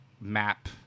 map